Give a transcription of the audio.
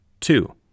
Two